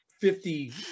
fifty